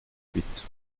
huit